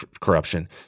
corruption